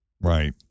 Right